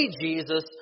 Jesus